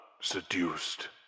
seduced